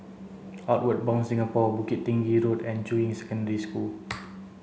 Outward Bound Singapore Bukit Tinggi Road and Juying Secondary School